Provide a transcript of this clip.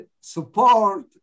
support